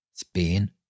Spain